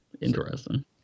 Interesting